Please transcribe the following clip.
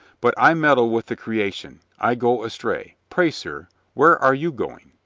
but i meddle with the creation. i go astray. pray, sir, where are you going?